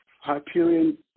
Hyperion